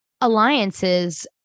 alliances